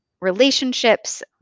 relationships